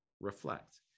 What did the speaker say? reflect